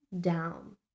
down